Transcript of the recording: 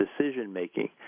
decision-making